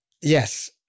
Yes